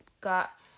got